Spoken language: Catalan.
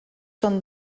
són